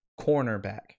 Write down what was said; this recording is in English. cornerback